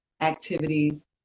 activities